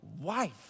wife